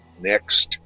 next